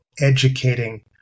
educating